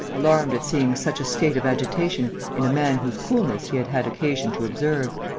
alarmed at seeing such a state of agitation in a man whose coolness he had had occasion to observe.